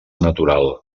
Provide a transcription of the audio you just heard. natural